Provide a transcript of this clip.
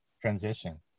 transition